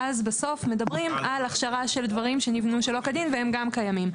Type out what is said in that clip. ואז בסוף מדברים על הכשרה של דברים שנבנו שלא כדין והם גם קיימים.